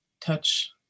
touch